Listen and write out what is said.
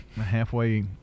halfway